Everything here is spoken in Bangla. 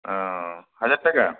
ও হাজার টাকা